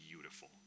beautiful